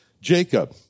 Jacob